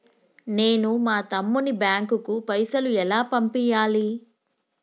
నేను మా తమ్ముని బ్యాంకుకు పైసలు ఎలా పంపియ్యాలి?